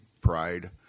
Pride